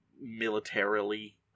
militarily